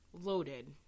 loaded